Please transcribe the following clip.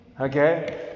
Okay